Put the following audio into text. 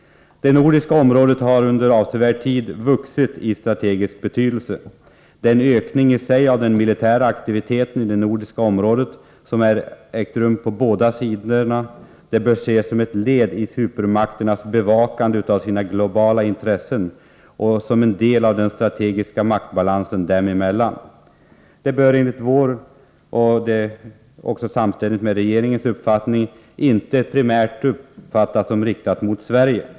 Det nordiska området har under avsevärd tid vuxit i strategisk betydelse. Den ökning i sig av den militära aktiviteten i det nordiska området som har ägt rum på båda sidor bör ses som ett led i supermakternas bevakande av sina globala intressen och som en del av den strategiska maktbalansen dem emellan. Den bör enligt vår uppfattning, som är samstämmig med regeringens, för den skull inte uppfattas som primärt riktad mot Sverige.